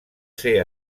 ser